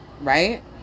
right